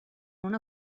una